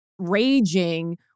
Raging